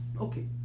Okay